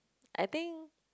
I think